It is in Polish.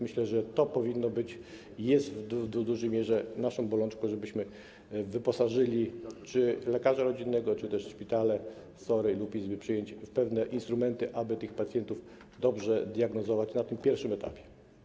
Myślę więc, że to powinno być, i jest w dużej mierze, naszą bolączką - to, żebyśmy wyposażyli czy lekarza rodzinnego, czy też szpitale, SOR-y lub izby przyjęć w pewne instrumenty, aby tych pacjentów dobrze diagnozować na tym pierwszym etapie.